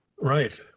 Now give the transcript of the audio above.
Right